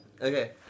okay